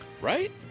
right